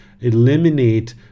eliminate